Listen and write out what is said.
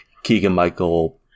Keegan-Michael